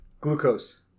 Glucose